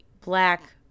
black